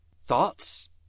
Thoughts